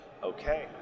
Okay